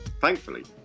Thankfully